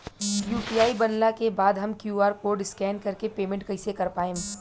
UPI बनला के बाद हम क्यू.आर कोड स्कैन कर के पेमेंट कइसे कर पाएम?